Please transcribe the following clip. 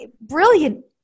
brilliant